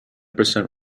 percent